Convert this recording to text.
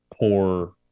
poor